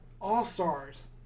All-Stars